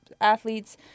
athletes